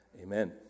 Amen